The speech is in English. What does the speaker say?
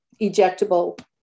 ejectable